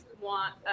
want